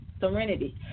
Serenity